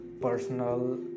personal